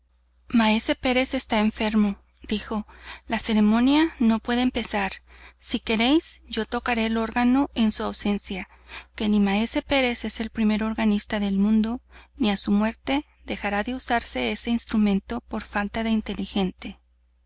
maese pérez está enfermo dijo la ceremonia no puede empezar si queréis yo tocaré el órgano en su ausencia que ni maese pérez es el primer organista del mundo ni á su muerte dejará de usarse este instrumento por falta de inteligente